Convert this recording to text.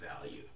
value